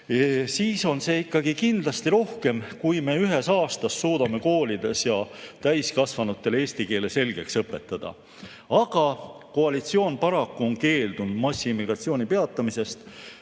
siis on see kindlasti rohkem, kui me ühes aastas suudame koolides ja täiskasvanutele eesti keele selgeks õpetada. Aga koalitsioon paraku on keeldunud massiimmigratsiooni peatamisest.